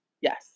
Yes